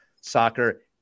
soccer